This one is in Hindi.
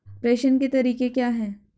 प्रेषण के तरीके क्या हैं?